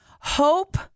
Hope